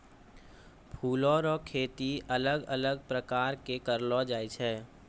फूलो रो खेती अलग अलग प्रकार से करलो जाय छै